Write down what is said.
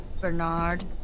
Bernard